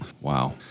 Wow